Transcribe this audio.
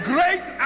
Great